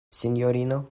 sinjorino